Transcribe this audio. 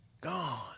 Gone